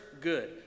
good